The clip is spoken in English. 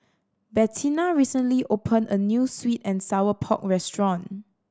Bettina recently opened a new sweet and sour pork restaurant